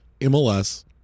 MLS